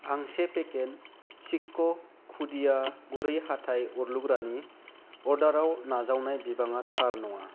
आं से पेकेट चिक' खुदिया गुरै हाथाइ अरलुग्रानि अर्डाराव नाजावनाय बिबाङा थार नङा